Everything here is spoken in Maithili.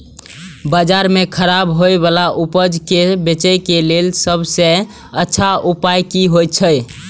बाजार में खराब होय वाला उपज के बेचे के लेल सब सॉ अच्छा उपाय की होयत छला?